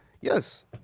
Yes